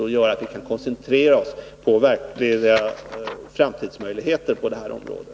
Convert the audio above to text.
Det gör att vi kan koncentrera oss på verkliga framtidsmöjligheter på det här området.